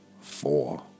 four